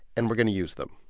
and we're going to use them.